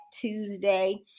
Tuesday